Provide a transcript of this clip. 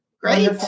Great